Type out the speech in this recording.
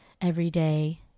everyday